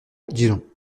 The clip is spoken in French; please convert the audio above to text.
dijon